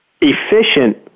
efficient